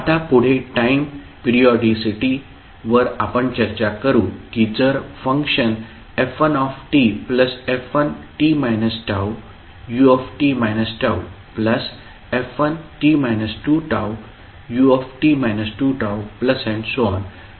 आता पुढे time periodicity वर आपण चर्चा करू की जर function f1tf1t Tut Tf1t 2Tut 2T